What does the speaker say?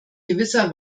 gewisser